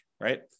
right